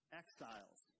exiles